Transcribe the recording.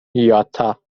یاتا